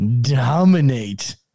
dominate